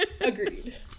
Agreed